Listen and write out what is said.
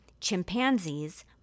chimpanzees